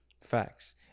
facts